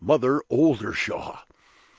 mother oldershaw!